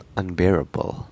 unbearable